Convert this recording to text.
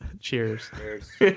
Cheers